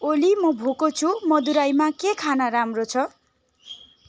ओली म भोको छु मदुराईमा के खान राम्रो छ